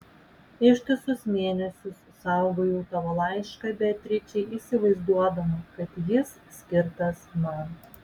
ištisus mėnesius saugojau tavo laišką beatričei įsivaizduodama kad jis skirtas man